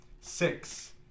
six